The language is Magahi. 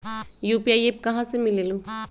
यू.पी.आई एप्प कहा से मिलेलु?